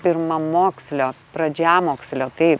pirmamokslio pradžiamokslio tai